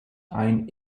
ein